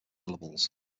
syllables